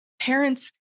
parents